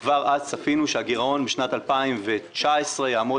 כבר אז צפינו שהגרעון בשנת 2019 יעמוד